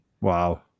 Wow